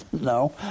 No